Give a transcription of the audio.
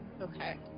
Okay